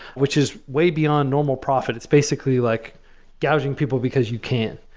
which is way beyond normal profit. it's basically like gouging people because you can.